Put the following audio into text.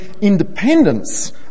independence